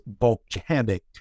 volcanic